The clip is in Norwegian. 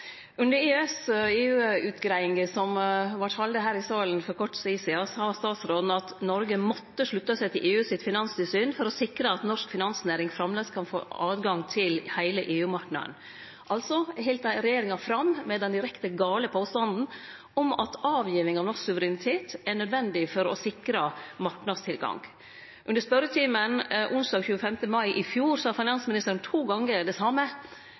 Under EØS/EU-utgreiinga som vart halden her i salen for kort tid sidan, sa statsråden at Noreg måtte slutte seg til EUs finanstilsyn for å sikre at norsk finansnæring framleis kan få tilgang til heile EU-marknaden. Regjeringa held altså fram med den direkte gale påstanden om at å gi frå seg norsk suverenitet er nødvendig for å sikre marknadstilgang. Under spørjetimen onsdag 25. mai i fjor sa finansministeren to gonger det same,